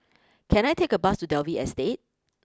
can I take a bus to Dalvey Estate